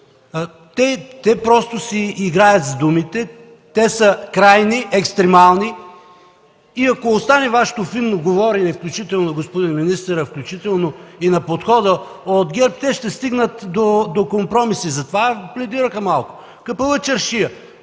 те просто си играят с думите, те са крайни, екстремални и ако остане Вашето фино говорене, включително на господин министърът, включително и на подхода от ГЕРБ, те ще стигнат до компромиси. Затова пледираха малко като